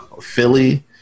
Philly